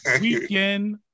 Weekend